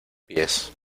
pies